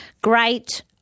great